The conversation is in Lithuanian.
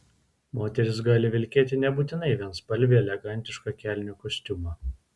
moteris gali vilkėti nebūtinai vienspalvį elegantišką kelnių kostiumą